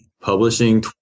publishing